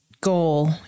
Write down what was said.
goal